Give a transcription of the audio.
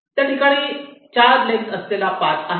त्याठिकाणी 4 लेन्थ असलेला पाथ आहे